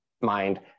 mind